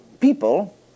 people